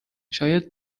شاید